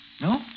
No